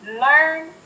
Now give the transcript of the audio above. learn